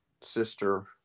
sister